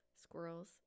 Squirrels